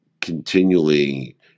continually